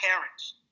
parents